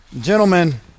Gentlemen